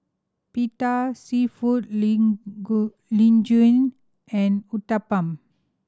Pita Seafood Linguine and Uthapam